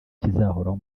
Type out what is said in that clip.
kizahoraho